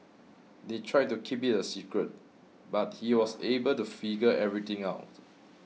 they tried to keep it a secret but he was able to figure everything out